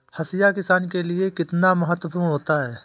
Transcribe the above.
हाशिया किसान के लिए कितना महत्वपूर्ण होता है?